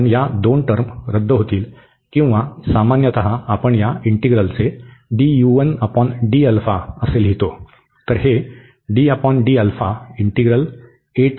कारण या दोन टर्म रद्द होतील किंवा सामान्यत आपण या इंटीग्रलचे असे लिहितो